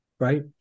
Right